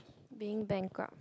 being bankrupt